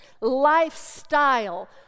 lifestyle